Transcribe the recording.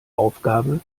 aufgabe